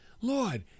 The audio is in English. Lord